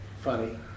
funny